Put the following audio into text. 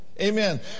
Amen